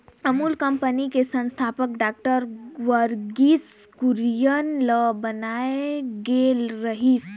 Amul company के संस्थापक doctor Verghese Kurien ल बनाए गे रिहिस